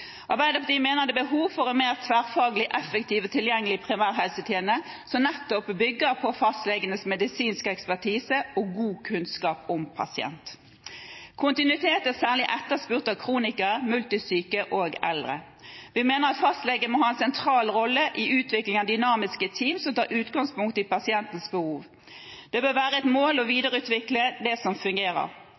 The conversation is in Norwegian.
Arbeiderpartiet mener det er behov for en mer tverrfaglig, effektiv og tilgjengelig primærhelsetjeneste, som nettopp bygger på fastlegenes medisinske ekspertise og gode kunnskap om pasienten. Kontinuitet er særlig etterspurt av kronikere, multisyke og eldre. Vi mener at fastlegene må ha en sentral rolle i utvikling av dynamiske team som tar utgangspunkt i pasientens behov. Det bør være et mål å videreutvikle det som fungerer.